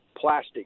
plastic